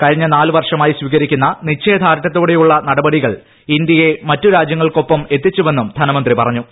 കഴിഞ്ഞ നാലുവർഷമായി സ്വീകരിക്കുന്ന നിശ്ചയദാർഡ്യത്തോടെയുള്ള നടപടികൾ ഇന്ത്യയെ മറ്റുരാ ജൃങ്ങൾക്കൊപ്പം എത്തിച്ചുവെന്നും ധനമന്ത്രി പറഞ്ഞു